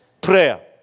prayer